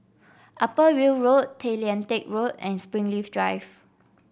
Upper Weld Road Tay Lian Teck Road and Springleaf Drive